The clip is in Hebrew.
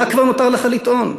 מה כבר נותר לך לטעון?